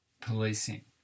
policing